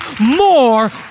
more